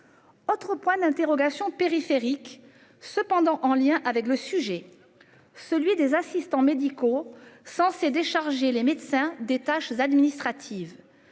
Autre point d'interrogation périphériques cependant en lien avec le sujet. Celui des assistants médicaux censés décharger les médecins des tâches administratives.